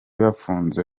bafunze